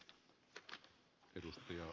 arvoisa puhemies